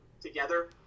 together